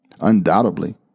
Undoubtedly